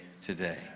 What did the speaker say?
today